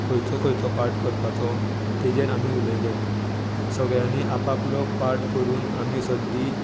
खंयचो खंयचो पार्ट करपाचो ताचेर आमी उलयले सगळ्यांनी आप आपलो पार्ट करून आमी सद्दी